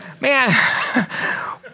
Man